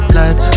life